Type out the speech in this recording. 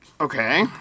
Okay